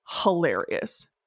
hilarious